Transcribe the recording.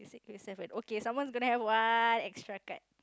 six with seven okay someone gonna have one extra card